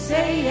say